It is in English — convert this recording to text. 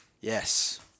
Yes